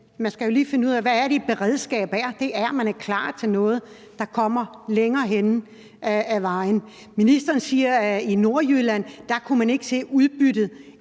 man skal jo lige finde ud af, hvad et beredskab er, og det er, at man er klar til noget, der kommer længere henne ad vejen. Ministeren siger, at man ikke kunne se udbyttet